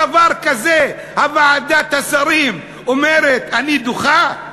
דבר כזה, ועדת השרים אומרת: אני דוחה.